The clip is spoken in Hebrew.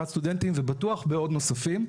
גם חוף סטודנטים ובטוח בעוד נוספים.